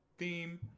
theme